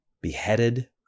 beheaded